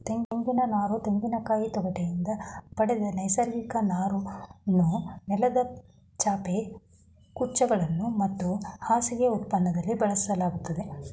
ತೆಂಗಿನನಾರು ತೆಂಗಿನಕಾಯಿ ತೊಗಟಿನಿಂದ ಪಡೆದ ನೈಸರ್ಗಿಕ ನಾರನ್ನು ನೆಲದ ಚಾಪೆ ಕುಂಚಗಳು ಮತ್ತು ಹಾಸಿಗೆ ಉತ್ಪನ್ನದಲ್ಲಿ ಬಳಸಲಾಗ್ತದೆ